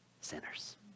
Sinners